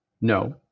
no